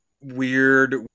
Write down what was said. weird